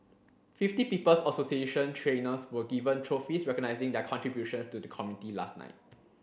Fifty People's Association trainers were given trophies recognising their contributions to the community last night